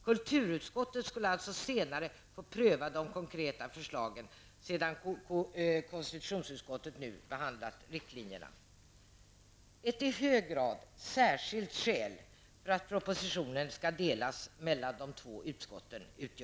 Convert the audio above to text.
Kulturutskottet skulle alltså senare få pröva de konkreta förslagen sedan konstitutionsutskottet behandlat riktlinjerna. Detta utgör i hög grad ett särskilt skäl för att propositionen skall delas mellan de två utskotten.